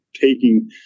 taking